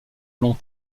long